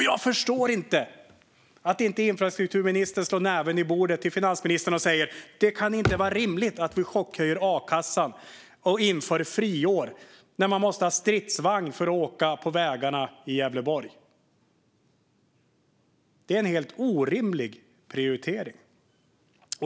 Jag förstår inte att inte infrastrukturministern slår näven i bordet inför finansministern och säger: Det kan inte vara rimligt att man chockhöjer akassan och inför friår när människor måste ha stridsvagn för att åka på vägarna i Gävleborg. Det är en helt orimlig prioritering.